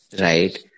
Right